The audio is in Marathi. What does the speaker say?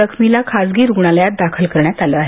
जखमीला खासगी रुग्णालयात दाखल करण्यात आलं आहे